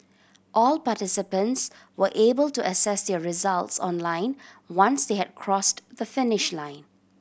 all participants were able to access their results online once they had crossed the finish line